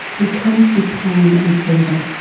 it comes with pain and fever.